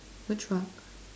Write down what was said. which rock